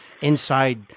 inside